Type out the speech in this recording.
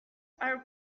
are